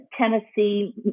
Tennessee